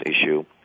issue